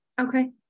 Okay